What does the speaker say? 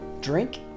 drink